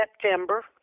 September